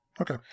Okay